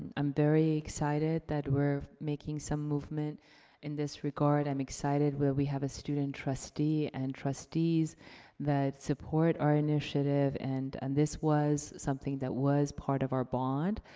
i'm very excited that we're making some movement in this regard. i'm excited while we have a student trustee and trustees that support our initiative. and and this was something that was part of our bond,